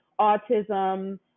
autism